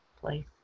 place